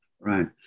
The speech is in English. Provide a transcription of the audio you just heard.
right